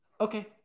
okay